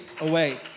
away